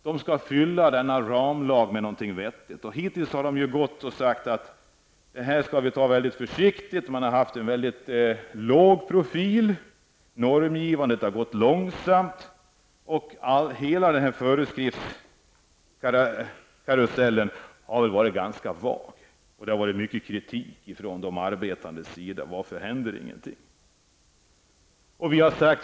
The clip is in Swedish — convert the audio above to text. De skall fylla ramlagen med något vettigt. Hittills har de sagt att de skall ta det mycket försiktigt, och de har haft en mycket låg profil. Normgivningen har gått mycket långsamt, och hela föreskriftskarusellen har varit mycket vag. Det har kommit mycket kritik från arbetarna därför att det inte händer någonting.